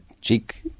cheek